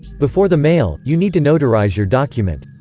before the mail, you need to notarize your document.